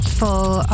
full